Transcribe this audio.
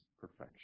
perfection